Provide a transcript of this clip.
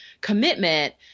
commitment